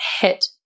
hit